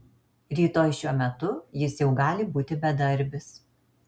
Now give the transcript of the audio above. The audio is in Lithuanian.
rytoj šiuo metu jis jau gali būti bedarbis